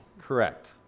Correct